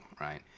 right